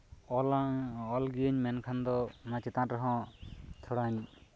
ᱚᱞᱜᱤᱭᱟᱹᱧ ᱢᱮᱱᱠᱷᱟᱱ ᱫᱚ ᱚᱱᱟ ᱪᱮᱛᱟᱱ ᱨᱮᱦᱚ ᱛᱷᱚᱲᱟᱧ